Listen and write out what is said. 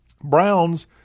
Browns